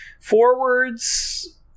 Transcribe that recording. forwards